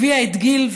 הביא את גיל,